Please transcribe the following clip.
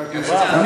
חבר הכנסת כבל,